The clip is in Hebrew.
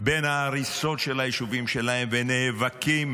בין ההריסות של היישובים שלהם ונאבקים